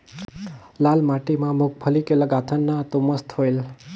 लाल माटी म मुंगफली के लगाथन न तो मस्त होयल?